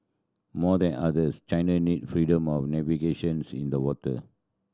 more than others China need freedom of navigation's in the water